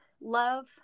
love